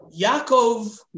Yaakov